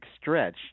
stretch